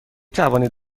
توانید